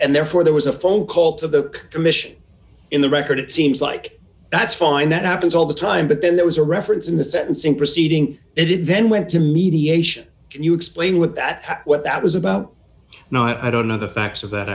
and therefore there was a phone call to the commission in the record it seems like that's fine that happens all the time but then there was a reference in the sentencing proceeding it did then went to mediation can you explain what that what that was about no i don't know the facts of that